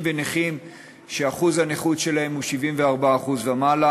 ונכים שאחוז הנכות שלהם הוא 74% ומעלה.